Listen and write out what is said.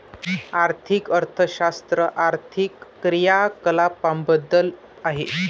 आर्थिक अर्थशास्त्र आर्थिक क्रियाकलापांबद्दल आहे